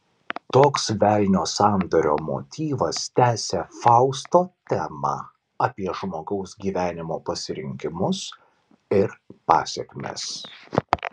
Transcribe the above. toks velnio sandorio motyvas tęsia fausto temą apie žmogaus gyvenimo pasirinkimus ir pasekmes